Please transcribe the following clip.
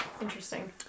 Interesting